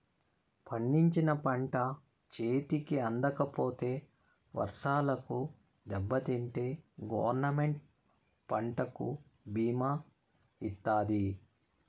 పండించిన పంట చేతికి అందకపోతే వర్షాలకు దెబ్బతింటే గవర్నమెంట్ పంటకు భీమా ఇత్తాది